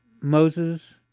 Moses